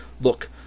look